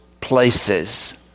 places